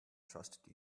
trusted